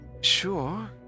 sure